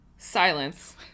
Silence